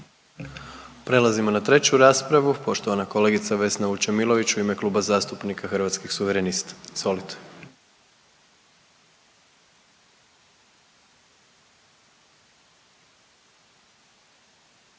Prelazimo na 3. raspravu, poštovana kolegica Vesna Vučemilović u ime Kluba zastupnika Hrvatskih suverenista. Izvolite.